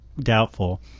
doubtful